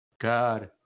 god